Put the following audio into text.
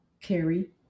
carry